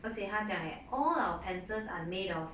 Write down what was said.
而且他讲 eh all our pencils are made of